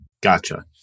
Gotcha